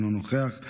אינו נוכח,